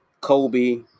Kobe